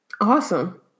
Awesome